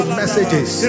messages